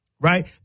Right